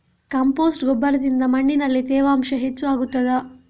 Compost ಗೊಬ್ಬರದಿಂದ ಮಣ್ಣಿನಲ್ಲಿ ತೇವಾಂಶ ಹೆಚ್ಚು ಆಗುತ್ತದಾ?